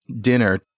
dinner